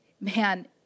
man